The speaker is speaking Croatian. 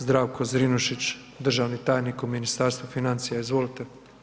Zdravko Zrinušić, državni tajnik u Ministarstvu financija, izvolite.